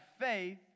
faith